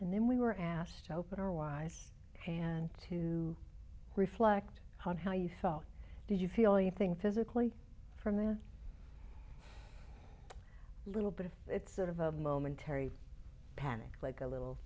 and then we were asked to open our lives and to reflect on how you felt did you feel anything physically from the little bit of it sort of a momentary panic like a little